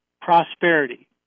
prosperity